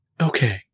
Okay